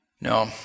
no